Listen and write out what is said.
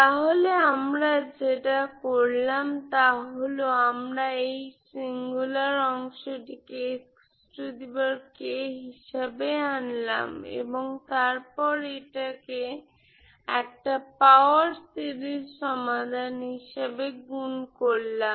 তাহলে আমরা যেটা করলাম তা হল আমরা এই সিঙ্গুলার অংশটিকে হিসেবে আনলাম এবং তারপর এটাকে একটা পাওয়ার সিরিজ সমাধান হিসেবে গুণ করলাম